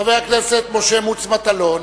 חבר הכנסת משה מוץ מטלון